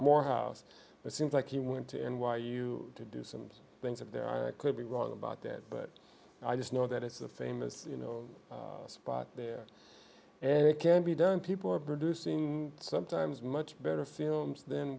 morehouse it seemed like he went to n y u to do some things that there are a could be wrong about that but i just know that it's a famous you know spot there and it can be done people are producing sometimes much better films than